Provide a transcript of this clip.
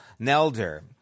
Nelder